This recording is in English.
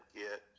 get